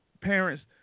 Parents